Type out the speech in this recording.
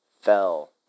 fell